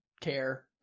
care